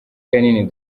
kanini